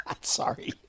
Sorry